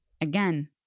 again